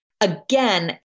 again